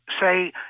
say